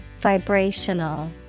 Vibrational